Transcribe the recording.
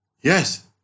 Yes